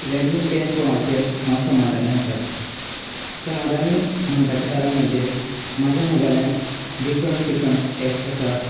Redmi ten प्रोआचेर हांव समाधानी आसा समाधानी म्हणपाचे कारण म्हणजे म्हाज्या मोबायलान डिफरंट डिफरंट ऍप्स आसात